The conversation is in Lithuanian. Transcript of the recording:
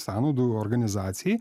sąnaudų organizacijai